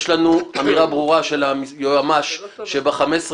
יש לנו אמירה ברורה של היועמ"ש שב-15 לחודש,